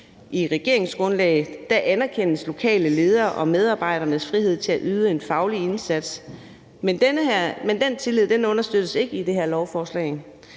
I regeringsgrundlaget anerkendes lokale ledere og medarbejderes frihed til at yde en faglig indsats, men den tillid understøttes ikke i det her lovforslag.